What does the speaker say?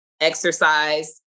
exercise